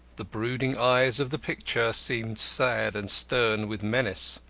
the brooding eyes of the picture seemed sad and stern with menace,